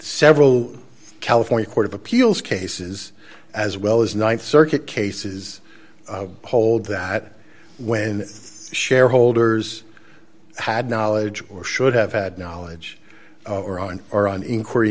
several california court of appeals cases as well as th circuit cases hold that when shareholders had knowledge or should have had knowledge or on or an inquiry